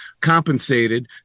compensated